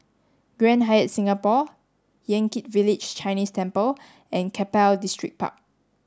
Grand Hyatt Singapore Yan Kit Village Chinese Temple and Keppel Distripark